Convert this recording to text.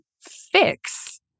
fix